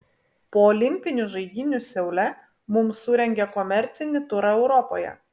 po olimpinių žaidynių seule mums surengė komercinį turą europoje